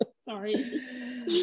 Sorry